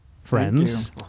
friends